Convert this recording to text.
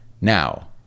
now